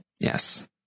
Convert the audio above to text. Yes